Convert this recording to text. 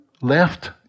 left